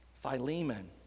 Philemon